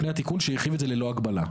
לפני התיקון שהרחיב את זה ללא הגבלה.